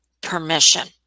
permission